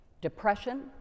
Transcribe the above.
Depression